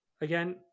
again